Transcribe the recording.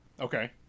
Okay